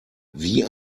wie